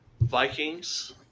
Vikings